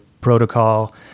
Protocol